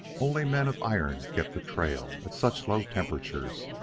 only men of iron kept the trail at such low temperatures,